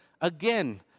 Again